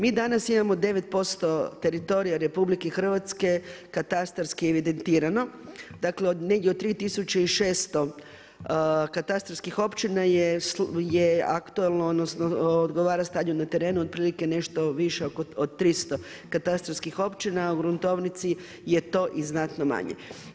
Mi danas imamo 9% teritorija RH, katastarsko evidentirano, dakle, negdje od 3600 katastarskih općina je aktualno, odnosno, odgovara stanju na terenu, otprilike nešto više od 300 katastarskih općina, u gruntovnici je to i znatno manje.